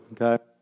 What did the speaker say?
okay